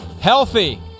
healthy